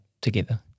together